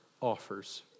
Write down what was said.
offers